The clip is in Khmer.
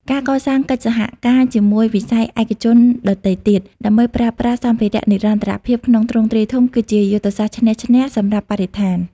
ការកសាងកិច្ចសហការជាមួយវិស័យឯកជនដទៃទៀត ដើម្បីប្រើប្រាស់សម្ភារៈនិរន្តរភាពក្នុងទ្រង់ទ្រាយធំ គឺជាយុទ្ធសាស្ត្រឈ្នះ-ឈ្នះ សម្រាប់បរិស្ថាន។